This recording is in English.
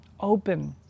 Open